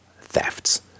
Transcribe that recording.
thefts